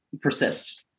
persist